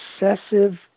obsessive